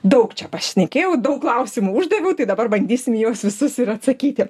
daug čia pašnekėjau daug klausimų uždaviau tai dabar bandysim juos visus ir atsakyti